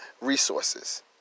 resources